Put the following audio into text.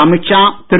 Amit Shah Thiru